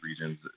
regions